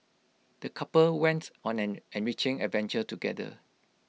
the couple wents on an enriching adventure together